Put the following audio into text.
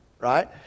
Right